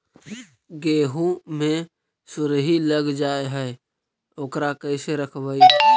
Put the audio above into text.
गेहू मे सुरही लग जाय है ओकरा कैसे रखबइ?